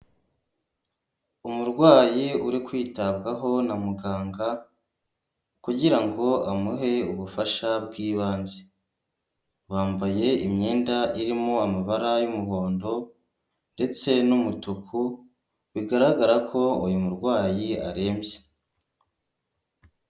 Umurwayi uri kwitabwaho na muganga kugirango amuhe ubufasha bw'ibanze. Bambaye imyenda irimo amabara y'umuhondo ndetse n'umutuku bigaragara ko uyu murwayi arembye.